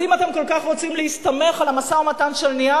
אז אם אתם כל כך רוצים להסתמך על המשא-ומתן שניהלנו,